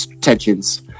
tensions